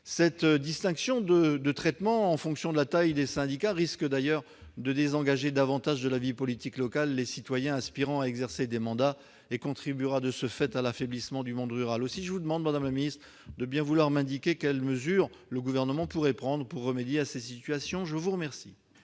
Cette distinction de traitement en fonction de la taille du syndicat risque d'ailleurs de désengager davantage de la vie politique locale les citoyens aspirant à exercer des mandats et contribuera de ce fait à l'affaiblissement du monde rural. Aussi, je vous demande, madame la ministre, de bien vouloir m'indiquer quelles mesures entend prendre le Gouvernement pour remédier à cette situation. La parole